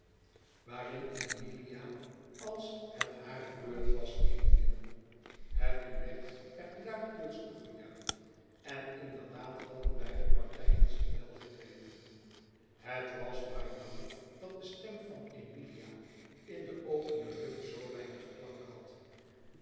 waarin emilia als het hare beurt was inviel het duet werd luidkeels toegejuicht en inderdaad hadden beide partijen zich wel gekweten het was maar jammer dat de stem van emilia in de opene lucht zoo weinig klank had